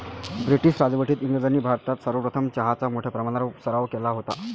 British राजवटीत इंग्रजांनी भारतात सर्वप्रथम चहाचा मोठ्या प्रमाणावर सराव केला होता